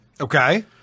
Okay